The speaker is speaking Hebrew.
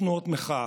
המשך,